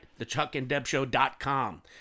thechuckanddebshow.com